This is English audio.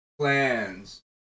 plans